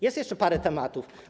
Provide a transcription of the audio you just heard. Jest jeszcze parę tematów.